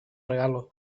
regalo